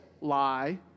Lie